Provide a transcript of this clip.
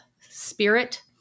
spirit